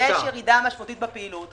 ירידה משמעותית בפעילות.